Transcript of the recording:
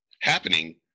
happening